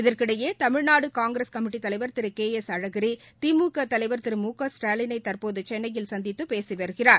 இதற்கிடையே Tamil Nadu Congress committee தலைவர் Thiru K S Alagiri DMK தலைவர் திரு மு க ஸ்டாலினை தற்போது சென்னையில் சந்தித்து பேசி வருகிறார்